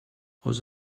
aus